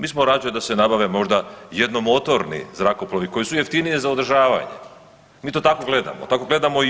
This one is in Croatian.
Mi smo rađe da se nabave možda jednomotorni zrakoplovi koji su jeftiniji za održavanje, mi to tako gledamo, tako gledamo i ovo.